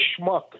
schmuck